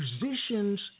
musicians